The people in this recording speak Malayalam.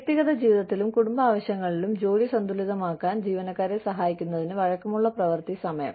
വ്യക്തിഗത ജീവിതത്തിലും കുടുംബ ആവശ്യങ്ങളിലും ജോലി സന്തുലിതമാക്കാൻ ജീവനക്കാരെ സഹായിക്കുന്നതിന് വഴക്കമുള്ള പ്രവൃത്തി സമയം